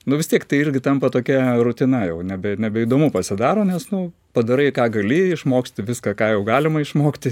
nu vis tiek tai irgi tampa tokia rutina jau nebe nebeįdomu pasidaro nes nu padarai ką gali išmoksti viską ką jau galima išmokti